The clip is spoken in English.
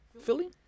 philly